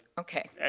okay.